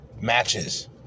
matches